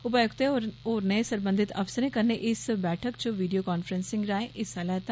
उपायुक्तें होरनें सरबंघत अफसरें कन्नै इस बैठक च वीडियो कांफ्रेंसिंग राहे हिस्सा लैता